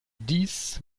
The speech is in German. dies